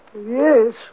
Yes